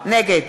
נגד